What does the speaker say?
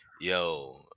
yo